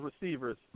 receivers